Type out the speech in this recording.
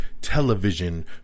television